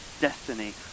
destiny